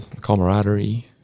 camaraderie